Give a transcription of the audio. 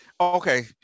Okay